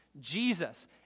Jesus